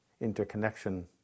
interconnection